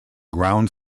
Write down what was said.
ground